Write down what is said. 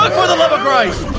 ah for the love of christ!